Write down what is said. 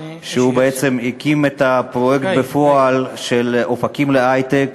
שהוא בעצם הקים בפועל את הפרויקט "אופקים להיי-טק",